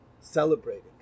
celebrating